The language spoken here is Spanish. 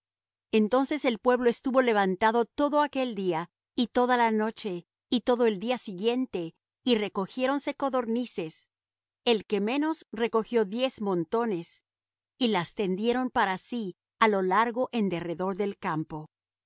entonces el pueblo estuvo levantado todo aquel día y toda la noche y todo el día siguiente y recogiéronse codornices el que menos recogió diez montones y las tendieron para sí á lo largo en derredor del campo